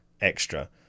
extra